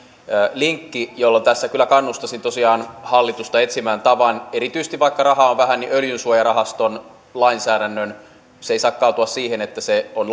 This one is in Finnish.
linkki jolloin tässä kyllä kannustaisin tosiaan hallitusta etsimään tavan erityisesti vaikka rahaa on vähän öljysuojarahaston lainsäädännölle se ei saa kaatua siihen että se on